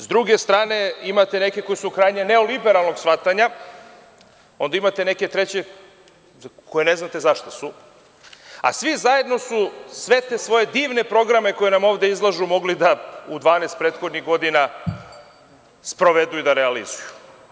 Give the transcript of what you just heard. S druge strane, imate neke koji su krajnje neoliberalnog shvatanja, onda imate neke treće koji ne znate za šta su, a svi zajedno sve te svoje divne programe koje nam ovde izlažu mogli da u 12 prethodnih godina sprovedu i da realizuju.